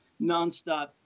nonstop